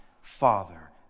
father